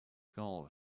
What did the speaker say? gal